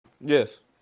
Yes